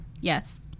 Yes